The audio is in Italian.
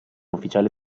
ufficiale